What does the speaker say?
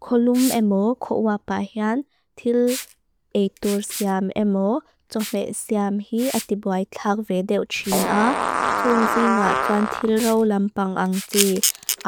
Kolum emo kokwa pahian til eitur siam emo, jo me siam hi atibuai tlak vedel txina. Tungzi nga tuan til rau lampang ang tii,